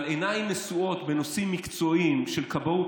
אבל בנושאים מקצועיים של כבאות,